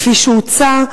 כפי שהוצע,